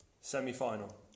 semi-final